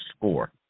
score